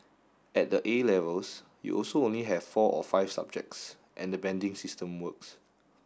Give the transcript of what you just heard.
at the A Levels you also only have four or five subjects and the banding system works